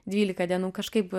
dvylika dienų kažkaip